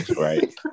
Right